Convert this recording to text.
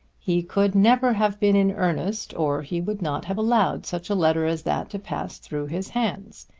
he could never have been in earnest, or he would not have allowed such a letter as that to pass through his hands.